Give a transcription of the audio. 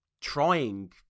trying